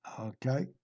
Okay